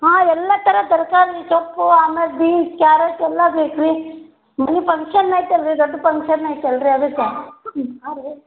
ಹಾಂ ಎಲ್ಲ ಥರ ತರಕಾರಿ ಸೊಪ್ಪು ಆಮೇಲೆ ಬೀನ್ಸ್ ಕ್ಯಾರೆಟ್ ಎಲ್ಲ ಬೇಕು ರೀ ಮನೆ ಫಂಕ್ಷನ್ ಐತಲ್ಲ ರೀ ದೊಡ್ಡ ಫಂಕ್ಷನ್ ಐತಲ್ಲ ರೀ ಅದಕ್ಕೆ